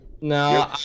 No